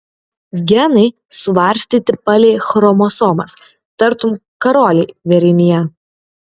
genai suvarstyti palei chromosomas tartum karoliai vėrinyje